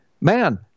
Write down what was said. man